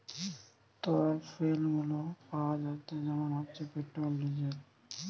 তরল ফুয়েল গুলো পাওয়া যাচ্ছে যেমন হচ্ছে পেট্রোল, ডিজেল